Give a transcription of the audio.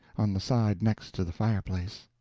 on the side next the fireplace.